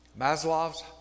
Maslow's